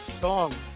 song